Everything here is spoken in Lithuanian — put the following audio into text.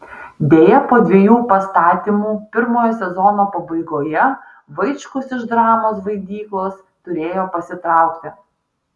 deja po dviejų pastatymų pirmojo sezono pabaigoje vaičkus iš dramos vaidyklos turėjo pasitraukti